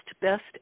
Best